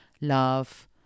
love